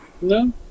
No